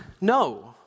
No